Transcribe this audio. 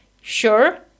sure